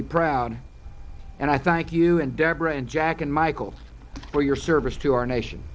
be proud and i thank you and deborah and jack and michael for your service to our nation